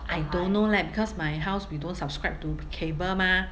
I don't know leh because my house we don't subscribe to cable mah